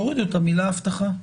תורידו את המילה הבטחה.